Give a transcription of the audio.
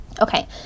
Okay